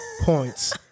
points